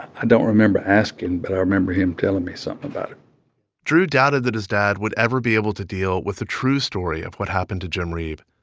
i don't remember asking, but i remember him telling me something about it drew doubted that his dad would ever be able to deal with the true story of what happened to jim reeb.